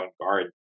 guard